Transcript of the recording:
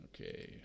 okay